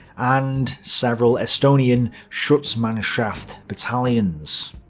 and several estonian schutzmannschaft battalions.